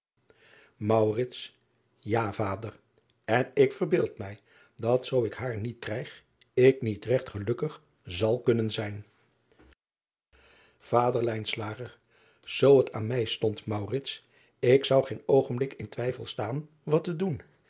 a vader en ik verbeeld mij dat zoo ik haar niet krijg ik niet regt gelukkig zal kunnen zijn ader oo het aan mij stond ik zou geen oogenblik in twijfel staan wat te doen